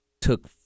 took